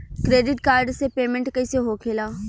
Credit card से payment कईसे होखेला?